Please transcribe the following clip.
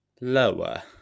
Lower